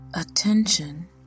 attention